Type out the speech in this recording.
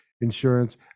insurance